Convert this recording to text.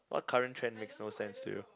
what current trend makes no sense to you